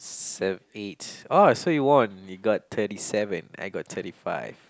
seven eight oh so you won you got thirty seven I got thirty five